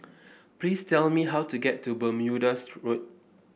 please tell me how to get to Bermuda's Road